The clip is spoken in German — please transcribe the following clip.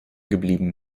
geblieben